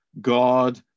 God